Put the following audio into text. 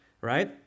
right